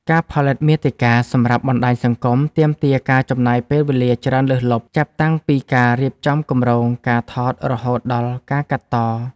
ការផលិតមាតិកាសម្រាប់បណ្ដាញសង្គម ទាមទារការចំណាយពេលវេលាច្រើនលើសលប់ ចាប់តាំងពីការរៀបចំគម្រោង ការថត រហូតដល់ការកាត់ត។